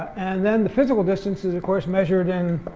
and then the physical distance is, of course, measured in